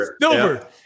silver